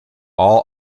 all